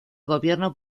gobierno